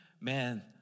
man